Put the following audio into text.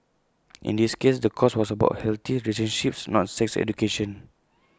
in this case the course was about healthy relationships not sex education